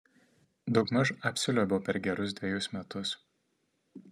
daugmaž apsiliuobiau per gerus dvejus metus